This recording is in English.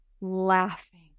laughing